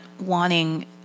wanting –